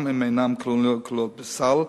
גם אם אינן כלולות בסל,